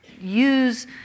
use